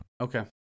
Okay